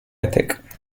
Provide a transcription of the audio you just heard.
ethic